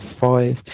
five